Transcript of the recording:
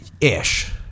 ish